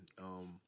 um-